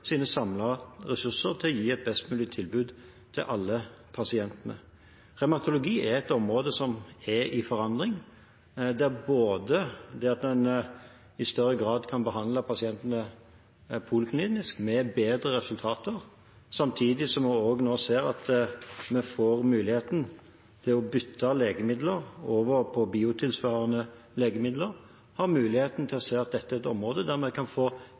sine samlede ressurser til å gi et best mulig tilbud til alle pasientene. Revmatologi er et område som er i forandring, der en i større grad kan behandle pasientene poliklinisk med bedre resultater, samtidig som vi også nå ser at vi får muligheten til å bytte legemidler – over på biotilsvarende legemidler. Det gjør det mulig å se at dette er et område der vi kan få